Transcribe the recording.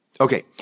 Okay